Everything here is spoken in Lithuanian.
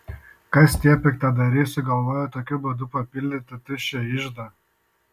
kas tie piktadariai sugalvoję tokiu būdu papildyti tuščią iždą